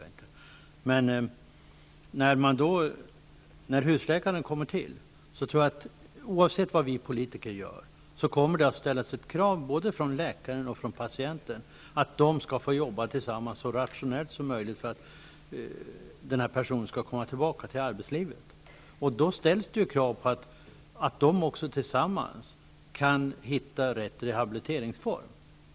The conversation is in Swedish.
Oavsett vad vi politiker gör tror jag att det, när husläkarsystemet genomförs, kommer att ställas krav från både läkare och patienter på att de skall få jobba tillsammans så rationellt som möjligt för att få in människor i arbetslivet igen. Då ställs kravet att läkare och patienter tillsammans kan komma fram till den rätta rehabiliteringsformen.